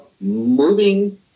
moving